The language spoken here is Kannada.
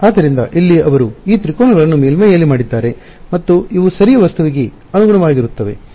ಆದ್ದರಿಂದ ಇಲ್ಲಿ ಅವರು ಈ ತ್ರಿಕೋನಗಳನ್ನು ಮೇಲ್ಮೈಯಲ್ಲಿ ಮಾಡಿದ್ದಾರೆ ಮತ್ತು ಇವು ಸರಿ ವಸ್ತುವಿಗೆ ಅನುಗುಣವಾಗಿರುತ್ತವೆ